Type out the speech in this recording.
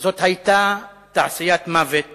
זאת היתה תעשיית מוות